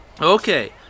Okay